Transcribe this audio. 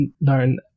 known